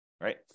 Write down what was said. right